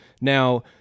Now